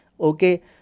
Okay